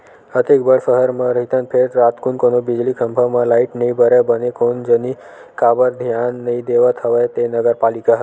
अतेक बड़ सहर म रहिथन फेर रातकुन कोनो बिजली खंभा म लाइट नइ बरय बने कोन जनी काबर धियान नइ देवत हवय ते नगर पालिका ह